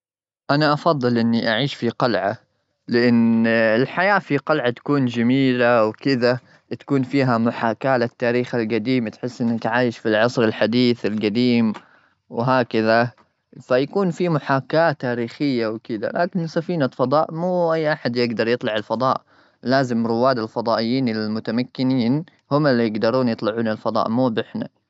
أنا أفضل إني أعيش في قلعة، لأن الحياة في قلعة تكون جميلة، وكذا تكون فيها محاكاة للتاريخ الجديم. تحس إنك عايش في العصر الحديث الجديم، وهكذا، فيكون في محاكاة تاريخية وكذا. لكن سفينة فضاء؟ مو أي أحد يقدر يطلع الفضاء. لازم رواد الفضائيين المتمكنين هم اللي يقدرون يطلعون الفضاء، موب إحنا.